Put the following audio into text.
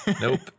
Nope